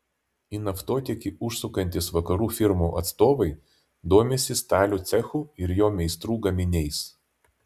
į naftotiekį užsukantys vakarų firmų atstovai domisi stalių cechu ir jo meistrų gaminiais